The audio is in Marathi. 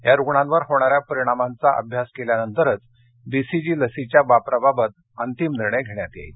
यारुग्णांवर होणार्याआ परिणामाचा अभ्यास केल्यानंतरच बीसीची लसीच्या वापराबाबत अंतिम निर्णय घेण्यात येईल